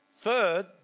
Third